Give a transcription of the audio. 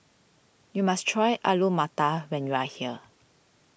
you must try Alu Matar when you are here